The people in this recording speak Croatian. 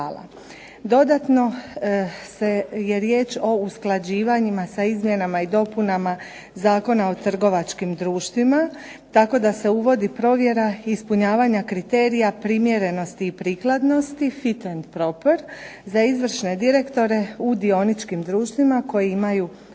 Dodatno je riječ o usklađivanju sa izmjenama i dopunama Zakona o trgovačkim društvima tako da se uvodi provjera ispunjavanja kriterija primjerenosti i prikladnosti fit and proper, za izvršne direktore u dioničkim društvima koji imaju